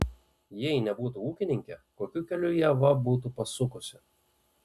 jei nebūtų ūkininkė kokiu keliu ieva būtų pasukusi